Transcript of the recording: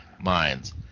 minds